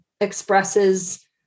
expresses